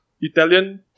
Italian